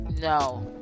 No